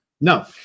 No